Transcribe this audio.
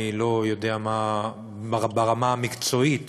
אני לא יודע מה ברמה המקצועית